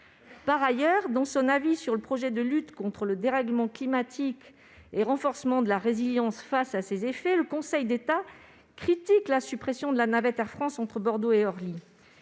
entreprises. Dans son avis sur le projet de loi portant lutte contre le dérèglement climatique et renforcement de la résilience face à ses effets, le Conseil d'État critique la suppression de la navette Air France entre Bordeaux et Orly.